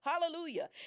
Hallelujah